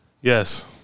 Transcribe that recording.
Yes